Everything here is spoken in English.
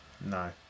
no